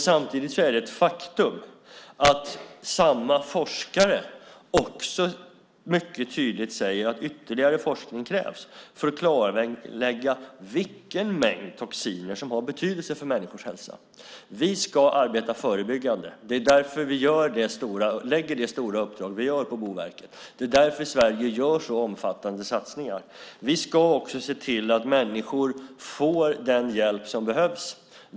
Samtidigt är det ett faktum att samma forskare också mycket tydligt säger att ytterligare forskning krävs för att klarlägga vilken mängd toxiner som har betydelse för människors hälsa. Vi ska arbeta förebyggande. Det är därför vi lägger det stora uppdrag som vi gör på Boverket. Det är därför Sverige gör så omfattande satsningar. Vi ska se till så att människor får den hjälp som behövs.